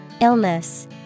Illness